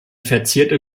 verzierte